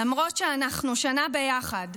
למרות שאנחנו שנה ביחד.